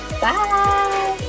Bye